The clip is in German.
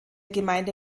gemeinde